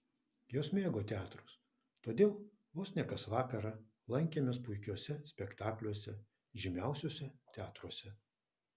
jos mėgo teatrus todėl vos ne kas vakarą lankėmės puikiuose spektakliuose žymiausiuose teatruose